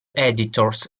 editors